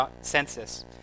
census